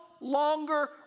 Longer